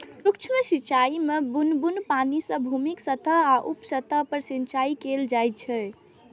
सूक्ष्म सिंचाइ मे बुन्न बुन्न पानि सं भूमिक सतह या उप सतह पर सिंचाइ कैल जाइ छै